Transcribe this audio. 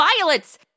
violets